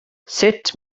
sut